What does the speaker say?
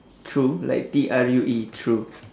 true like T R U E true